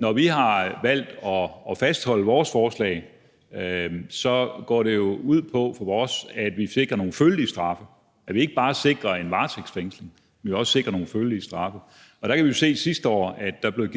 Når vi har valgt at fastholde vores forslag, går det ud på, for os, at sikre nogle følelige straffe; at vi ikke bare sikrer en varetægtsfængsling, men at vi også sikrer nogle følelige straffe. Og der kan vi se, at der sidste år eksempelvis